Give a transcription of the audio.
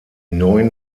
neuen